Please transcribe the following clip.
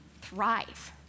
thrive